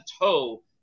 toe